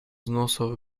взносов